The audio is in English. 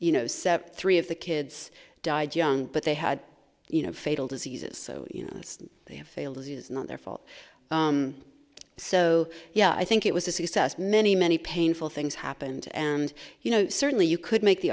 you know cept three of the kids died young but they had you know fatal diseases so you know they have failed it is not their fault so yeah i think it was a success many many painful things happened and you know certainly you could make the